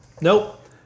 nope